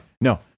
No